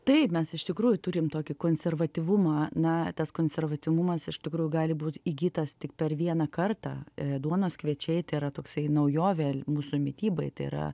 taip mes iš tikrųjų turim tokį konservatyvumą na tas konservatyvumas iš tikrųjų gali būt įgytas tik per vieną kartą duonos kviečiai tai yra toksai naujovė mūsų mitybai tai yra